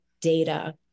data